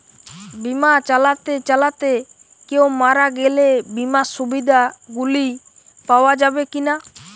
বিমা চালাতে চালাতে কেও মারা গেলে বিমার সুবিধা গুলি পাওয়া যাবে কি না?